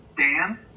Dan